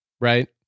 Right